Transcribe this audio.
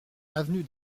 avenue